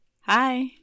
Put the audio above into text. Hi